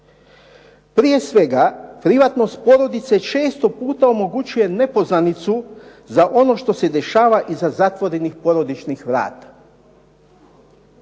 Prije svega privatnost porodice često puta omogućuje nepoznanicu za ono što se dešava iza zatvorenih porodičnih vrata.